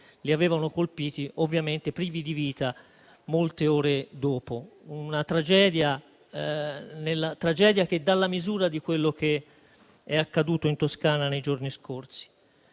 li avevano colpiti, ovviamente privi di vita. Una tragedia nella tragedia, che dà la misura di quello che è accaduto in Toscana nei giorni scorsi.